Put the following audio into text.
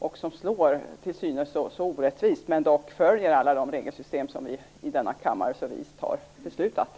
Det slår till synes orättvist, men följer dock alla de regelsystem vi i denna kammare så vist har beslutat om.